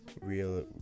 real